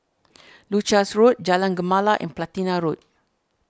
Leuchars Road Jalan Gemala and Platina Road